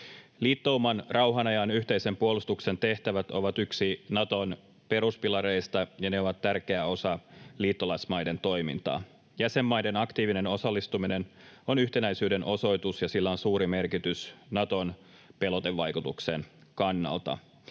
Liittouman rauhan ajan yhteisen puolustuksen tehtävät ovat yksi Naton peruspilareista, ja ne ovat tärkeä osa liittolaismaiden toimintaa. Jäsenmaiden aktiivinen osallistuminen on yhtenäisyyden osoitus, ja sillä on suuri merkitys Naton pelotevaikutuksen kannalta.